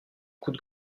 coup